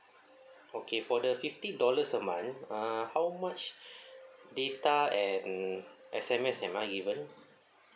okay for the fifty dollars a month uh how much data and S_M_S am I given